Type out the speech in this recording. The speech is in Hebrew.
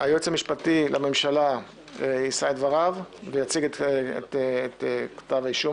היועץ המשפטי לממשלה יישא את דבריו ויציג את כתב האישום,